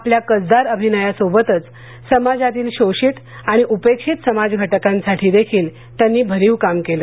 आपल्या कसदार अभिनयासोबतच समाजातील शोषित आणि उपेक्षित समाज घटकांसाठी देखील त्यांनी भरीव काम केलं